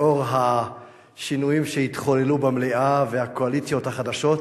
לאור השינויים שהתחוללו במליאה והקואליציות החדשות,